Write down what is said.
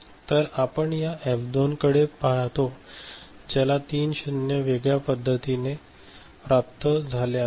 तर आपण या एफ 2 कडे पाहतो ज्याला तीन 0s वेगळ्या पद्धतीने प्राप्त झाले आहे